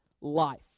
life